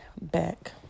back